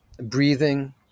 breathing